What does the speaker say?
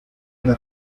una